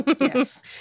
yes